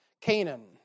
Canaan